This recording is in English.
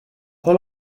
all